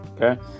Okay